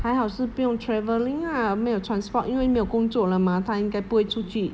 还好是不用 travelling lah 没有 transport 因为没有工作了 mah 她应该不会出去